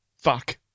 Fuck